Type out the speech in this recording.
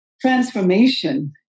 transformation